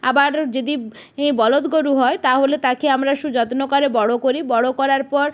আবার যদি ই বলদ গোরু হয় তাহলে তাকে আমরা সুযত্ন করে বড় করি বড় করার পর